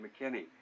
McKinney